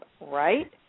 right